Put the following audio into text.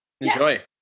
Enjoy